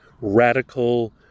radical